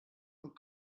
und